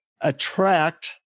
attract